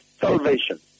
salvation